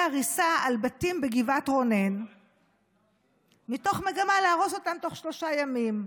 הריסה על בתים בגבעת רונן מתוך מגמה להרוס אותם תוך שלושה ימים.